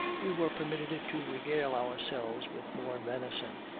we were permitted to regale ourselves with more venison.